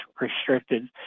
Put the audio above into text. restricted